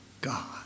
God